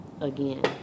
again